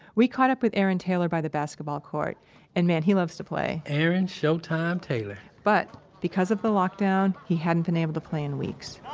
we caught up with aaron taylor by the basketball court and, man, he loves to play aaron showtime taylor but because of the lockdown he hadn't been able to play in weeks.